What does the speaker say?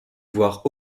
voir